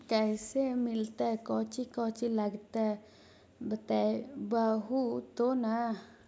कैसे मिलतय कौची कौची लगतय बतैबहू तो न?